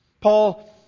Paul